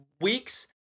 weeks